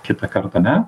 kitą kartą ne